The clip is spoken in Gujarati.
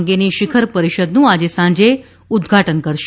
અંગેની શિખર પરીષદનું આજે સાંજે ઉદઘાટન કરશે